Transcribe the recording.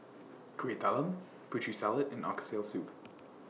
Kueh Talam Putri Salad and Oxtail Soup